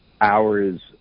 hours